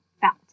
felt